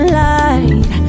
light